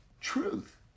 truth